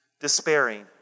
despairing